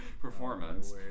performance